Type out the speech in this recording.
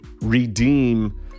redeem